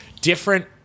different